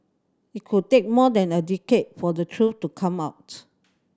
it could take more than a decade for the truth to come out